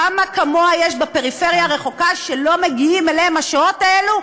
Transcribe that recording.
כמה כמוה יש בפריפריה הרחוקה שלא מגיעות אליהם השעות האלו,